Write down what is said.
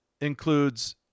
includes